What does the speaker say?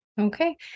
Okay